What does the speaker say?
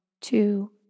two